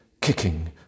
kicking